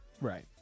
right